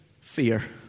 fear